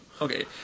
Okay